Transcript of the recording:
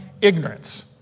ignorance